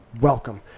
welcome